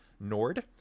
NORD